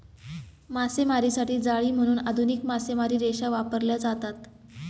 मासेमारीसाठी जाळी म्हणून आधुनिक मासेमारी रेषा वापरल्या जातात